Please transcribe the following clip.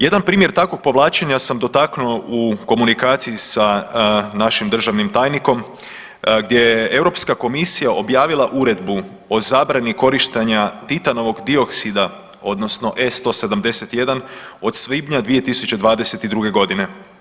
Jedan primjer takvog povlačenja sam dotaknuo u komunikaciji sa našim državnim tajnikom gdje je Europska komisija objavila Uredbu o zabrani korištenja titanovog dioksida odnosno E-171 od svibnja 2022.g.